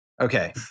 Okay